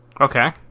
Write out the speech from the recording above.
Okay